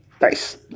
Nice